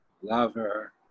Lover